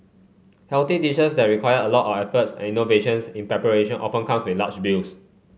healthy dishes that require a lot of efforts and innovations in preparation often comes with large bills